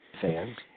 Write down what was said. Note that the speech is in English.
Fans